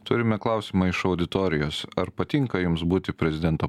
turime klausimą iš auditorijos ar patinka jums būti prezidento